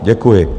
Děkuji.